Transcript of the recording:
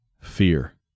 Fear